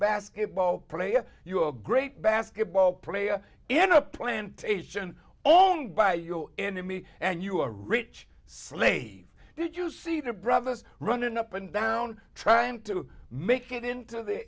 basketball player you were a great basketball player in a plantation owned by your enemy and you are a rich slave did you see their brothers running up and down trying to make it into the